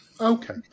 Okay